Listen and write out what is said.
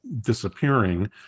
disappearing